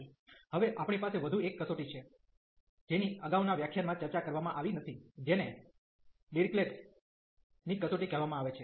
હવે આપણી પાસે વધુ એક કસોટી છે જેની અગાઉના વ્યાખ્યાનમાં ચર્ચા કરવામાં આવી નથી જેને ડિરીક્લેટ્સ Dirichlet's ની કસોટી કહેવામાં આવે છે